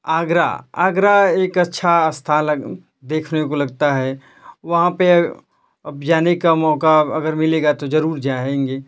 आगरा आगरा एक अच्छा स्थान लग देखने को लगता है वहाँ पर अब जाने का मौका अगर मिलेगा तो ज़रूर जाएँगे